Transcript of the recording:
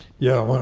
yeah,